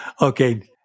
Okay